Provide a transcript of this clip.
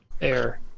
air